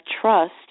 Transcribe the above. trust